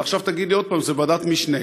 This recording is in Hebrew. אבל עכשיו תגיד לי עוד פעם שזו ועדת משנה,